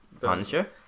Punisher